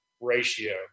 ratio